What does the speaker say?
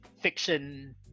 fiction